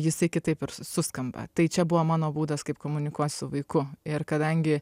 jisai kitaip suskamba tai čia buvo mano būdas kaip komunikuot su vaiku ir kadangi